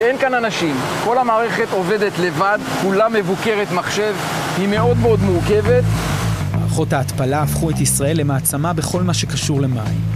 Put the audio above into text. אין כאן אנשים, כל המערכת עובדת לבד, כולה מבוקרת מחשב, היא מאוד מאוד מורכבת. מערכות ההתפלה הפכו את ישראל למעצמה בכל מה שקשור למים.